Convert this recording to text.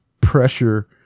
pressure